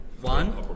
One